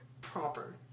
Proper